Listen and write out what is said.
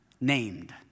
named